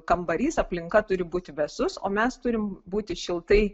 kambarys aplinka turi būti vėsus o mes turim būti šiltai